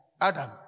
Adam